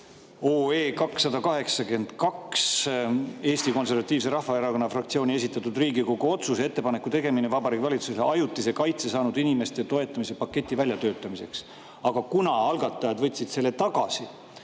282, Eesti Konservatiivse Rahvaerakonna fraktsiooni esitatud Riigikogu otsuse "Ettepaneku tegemine Vabariigi Valitsusele ajutise kaitse saanud inimeste toetamise paketi välja töötamiseks" [eelnõu], aga kuna algatajad võtsid selle tagasi,